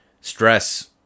stress